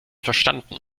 verstanden